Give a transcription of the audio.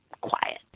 quiet